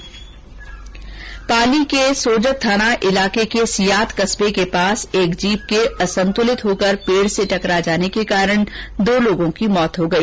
्पाली के सोजत थाना इलाके के सियात कस्बे के पास एक जीप के असंतुलित होकर पेड़ से टकरा जाने के कारण दो लोगों की मौत हो गई